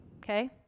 okay